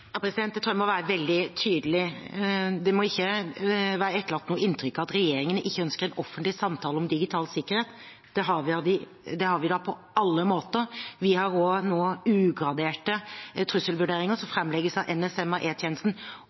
må ikke være etterlatt noe inntrykk av at regjeringen ikke ønsker en offentlig samtale om digital sikkerhet. Det har vi da på alle måter. Vi har også nå ugraderte trusselvurderinger som framlegges av NSM, E-tjenesten og